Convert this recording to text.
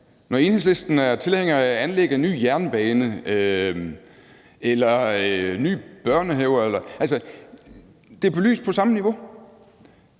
når Enhedslisten er tilhænger af anlæg af en ny jernbane eller af nye børnehaver, er det her jo belyst på samme niveau.